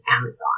Amazon